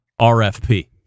RFP